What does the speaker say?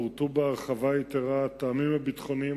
פורטו בהרחבה יתירה הטעמים הביטחוניים